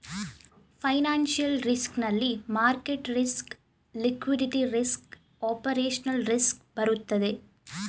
financial risk ನಲ್ಲಿ market risk, liquidity risk, operational risk ಬರುತ್ತದೆ